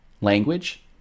language